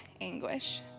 anguish